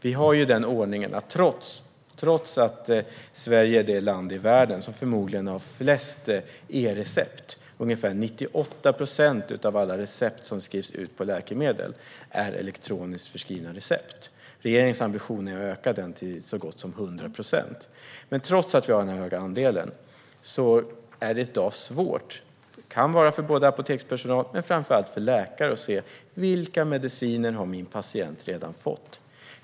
Vi har annan ordning trots att Sverige är det land som i världen som förmodligen har flest e-recept. Ungefär 98 procent av alla recept på läkemedel som skrivs ut är elektroniskt förskrivna recept. Regeringens ambition är att öka det till så gott som 100 procent. Trots att vi har den höga andelen är det i dag svårt - det kan vara det för apotekspersonal, men framför allt för läkare - att se: Vilka mediciner har min patient redan fått?